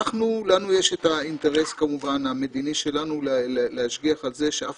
לנו יש את האינטרס המדיני שלנו להשגיח על כך שאף